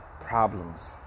problems